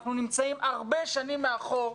אנחנו נמצאים הרבה שנים מאחור.